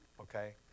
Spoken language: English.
Okay